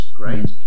great